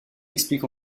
explique